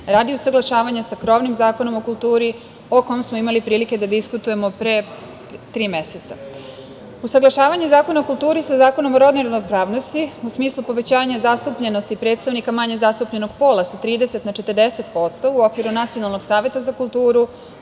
radi usaglašavanja sa krovnim Zakonom o kulturi o kome smo imali prilike da diskutujemo pre tri meseca. Usaglašavanje Zakona o kulturi sa Zakonom o rodnoj ravnopravnosti u smislu povećanja zastupljenosti predstavnika manje zastupljenog pola sa 30% na 40% u okviru Nacionalnog saveta za kulturu